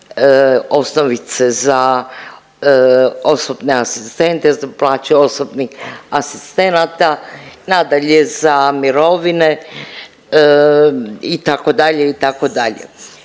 osnovice za osobne asistente, plaće osobnih asistenata, nadalje za mirovine, itd., itd.